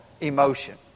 emotion